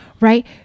Right